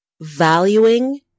valuing